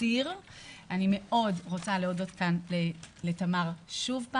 אני מאוד רוצה להודות כאן לתמר שוב,